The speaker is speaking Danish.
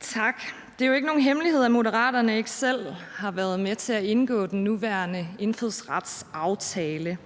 Tak. Det er jo ikke nogen hemmelighed, at Moderaterne ikke selv har været med til at indgå den nuværende indfødsretsaftale.